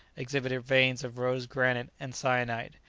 exhibited veins of rose granite and syenite,